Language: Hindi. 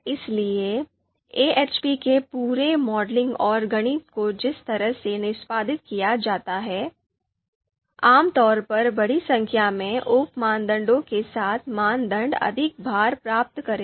इसलिए AHPके पूरे मॉडलिंग और गणित को जिस तरह से निष्पादित किया जाता है आमतौर पर बड़ी संख्या में उप मानदंडों के साथ मानदंड अधिक भार प्राप्त करेंगे